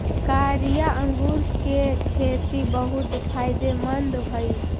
कारिया अंगूर के खेती बहुत फायदेमंद हई